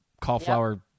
cauliflower